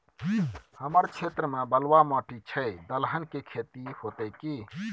हमर क्षेत्र में बलुआ माटी छै, दलहन के खेती होतै कि?